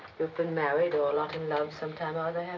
you've been married, or a lot in love sometime or other,